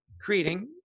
creating